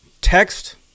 text